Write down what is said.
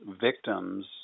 victims